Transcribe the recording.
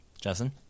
Justin